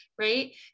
right